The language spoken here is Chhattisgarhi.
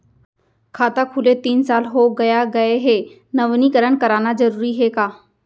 खाता खुले तीन साल हो गया गये हे नवीनीकरण कराना जरूरी हे का?